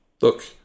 Look